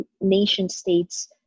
nation-states